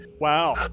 Wow